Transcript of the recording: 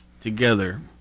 together